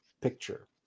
picture